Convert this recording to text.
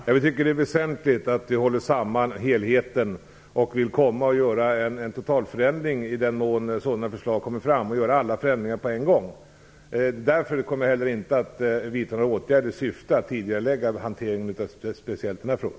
Herr talman! Regeringen anser att det är väsentligt att hålla samman helheten och kommer att göra en totalförändring i den mån sådana förslag kommer fram; regeringen vill göra alla eventuella förändringar på en gång. Därför kommer jag inte heller att vidta några åtgärder i syfte att tidigarelägga hanteringen av speciellt denna fråga.